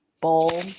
bowl